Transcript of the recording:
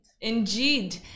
indeed